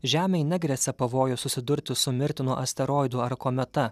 žemei negresia pavojus susidurti su mirtinu asteroidu ar kometa